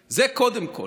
זה, קודם כול.